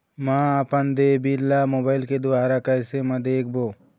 म अपन देय बिल ला मोबाइल के द्वारा कैसे म देखबो?